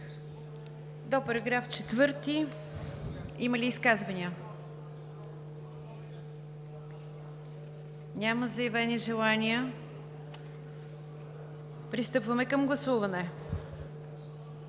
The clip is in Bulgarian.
до § 4 има ли изказвания? Няма заявени желания. Пристъпваме към гласуване